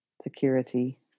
security